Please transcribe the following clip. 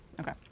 okay